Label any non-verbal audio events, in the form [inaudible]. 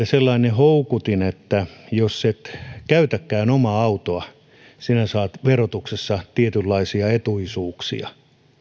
[unintelligible] sellainen houkutin että jos et käytäkään omaa autoa saat verotuksessa tietynlaisia etuisuuksia